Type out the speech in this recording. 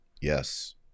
Yes